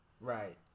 Right